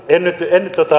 en nyt en nyt